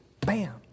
Bam